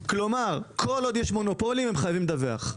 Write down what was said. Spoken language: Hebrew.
כלומר, כל עוד יש מונופולים הם חייבים לדווח.